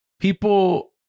people